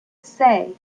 say